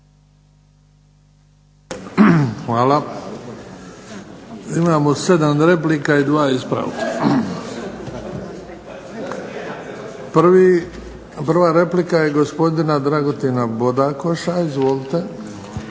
Hvala. Imamo 7 replika i 2 ispravka. Prva replika je gospodina Dragutina Bodakoša, izvolite.